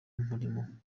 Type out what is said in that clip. umurimo